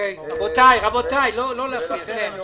ולכן אנחנו